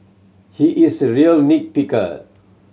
he is a real nit picker